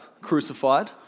crucified